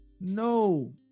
No